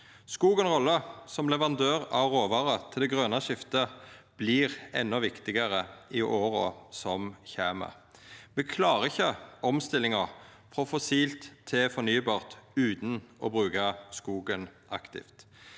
skogen spelar som leverandør av råvarer til det grøne skiftet, vert endå viktigare i åra som kjem. Vi klarer ikkje omstillinga frå fossilt til fornybart utan å bruka skogen aktivt.